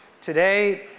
Today